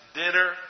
dinner